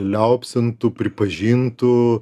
liaupsintų pripažintų